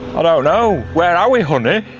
i don't know, where are we honey?